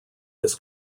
his